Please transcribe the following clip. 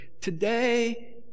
Today